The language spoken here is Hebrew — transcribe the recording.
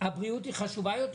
הבריאות היא חשובה יותר.